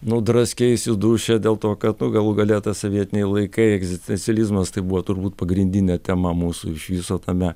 nu draskeisi dūše dėl to kad nu galų gale tas sovietiniai laikai egzistencializmas tai buvo turbūt pagrindinė tema mūsų iš viso tame